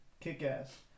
Kick-Ass